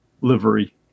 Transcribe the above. livery